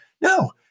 no